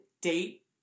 date